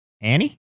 Annie